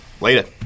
Later